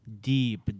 deep